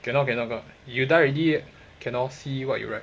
cannot cannot cannot you die already cannot see what you write